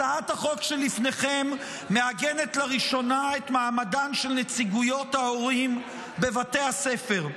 הצעת החוק שלפניכם מעגנת לראשונה את מעמדן של נציגויות הורים בבתי הספר.